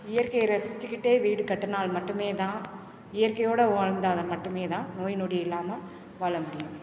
இயற்கையை ரசிச்சிக்கிட்டே வீடு கட்டினால் மட்டுமே தான் இயற்கையோட வாழ்ந்தால் மட்டுமே தான் நோய் நொடி இல்லாமல் வாழ முடியும்